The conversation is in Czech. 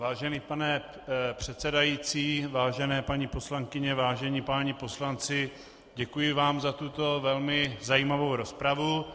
Vážený pane předsedající, vážené paní poslankyně, vážení páni poslanci, děkuji vám za tuto velmi zajímavou rozpravu.